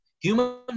human